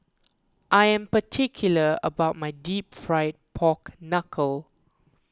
I am particular about my Deep Fried Pork Knuckle